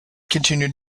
continue